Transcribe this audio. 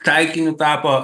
taikiniu tapo